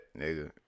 nigga